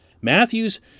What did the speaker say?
Matthews